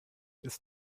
ist